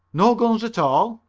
no guns at all?